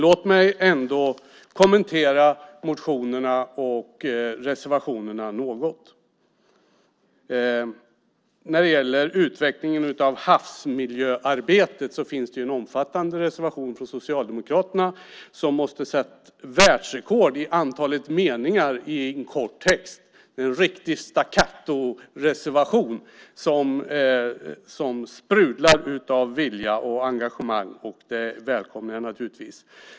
Låt mig ändå kommentera motionerna och reservationerna något. När det gäller utvecklingen av havsmiljöarbetet finns det en omfattande reservation från Socialdemokraterna där man måste ha satt världsrekord i antalet meningar i en kort text. Det är en riktig stackatoreservation som sprudlar av vilja och engagemang. Det välkomnar jag naturligtvis.